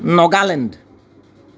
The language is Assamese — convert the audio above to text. নাগালেণ্ড